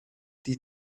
die